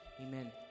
amen